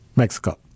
Mexico